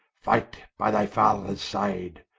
fight by thy fathers side,